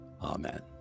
Amen